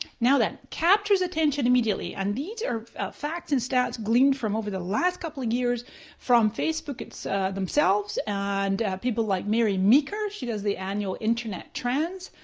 now then, captures attention immediately. and these are facts and stats gleaned from over the last couple years from facebook themselves and people like mary meeker, she does the annual internet trends.